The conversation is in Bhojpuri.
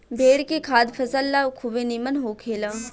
भेड़ के खाद फसल ला खुबे निमन होखेला